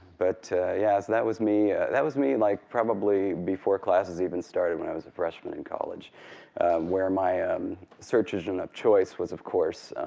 but yeah that was me. that was me like probably before classes even started when i was a freshman in college where my um search engine of choice was, of course,